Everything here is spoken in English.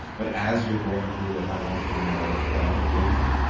but as you're going through it, i want you to know that i forgive you,